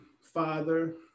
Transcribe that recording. father